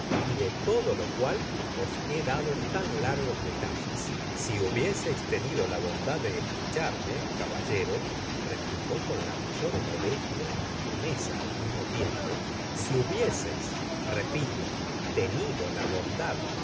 y de todo lo cual os he dado tan largos detalles si hubiéseis tenido la bondad de escucharme caballero replicó con la mayor modestia y firmeza al mismo tiempo si hubiéseis repito tenido la bondad